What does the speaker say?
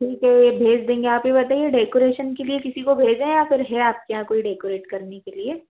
ठीक है भेज देंगे आप ये बताइए डेकोरेशन के लिए किसी को भेजें या फिर है आपके यहाँ कोई डेकोरेट करने के लिए